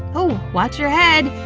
ooh, watch your head!